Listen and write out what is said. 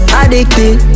addicted